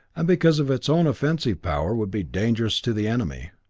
and because of its own offensive power would be dangerous to the enemy.